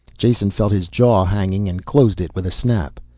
jason felt his jaw hanging and closed it with a snap.